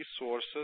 Resources